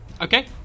Okay